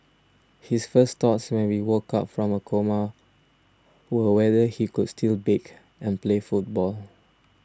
his first thoughts when he woke up from a coma were whether he could still bake and play football